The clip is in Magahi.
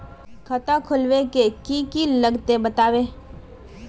खाता खोलवे के की की लगते बतावे?